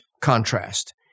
contrast